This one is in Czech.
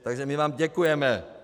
Takže my vám děkujeme.